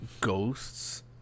ghosts